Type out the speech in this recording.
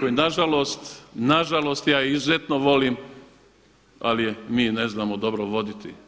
koju nažalost, nažalost, ja ju izuzetno volim, ali mi je ne znamo dobro voditi.